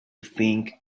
think